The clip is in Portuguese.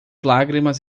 lágrimas